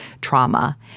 trauma